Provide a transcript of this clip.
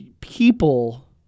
people